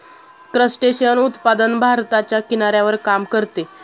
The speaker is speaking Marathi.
क्रस्टेशियन उत्पादन भारताच्या किनाऱ्यावर काम करते